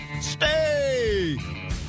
Stay